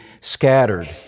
scattered